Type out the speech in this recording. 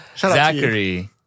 Zachary